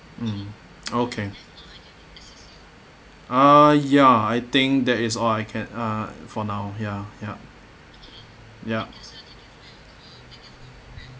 mm okay uh ya I think that is all I can uh for now ya ya ya